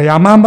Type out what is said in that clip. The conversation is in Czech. Já mám